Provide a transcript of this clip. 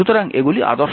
সুতরাং এগুলি আদর্শ নয়